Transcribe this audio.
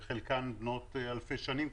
וחלקן כבר בנות אלפי שנים,